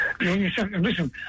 Listen